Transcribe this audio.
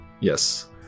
Yes